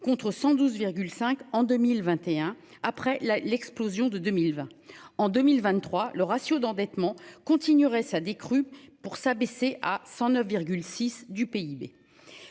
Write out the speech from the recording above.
contre 112 5 en 2021 après la, l'explosion de 2020 en 2023, le ratio d'endettement continuerait sa décrue pour s'abaisser à 109 6 du PIB.